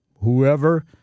whoever